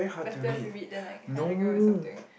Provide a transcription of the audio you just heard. better to read the night how to go or something